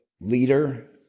leader